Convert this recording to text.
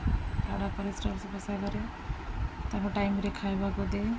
ଝାଡ଼ା ପରିଶ୍ରା ସଫା କରେ ତାକୁ ଟାଇମରେ ଖାଇବାକୁ ଦିଏ